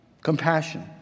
compassion